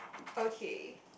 okay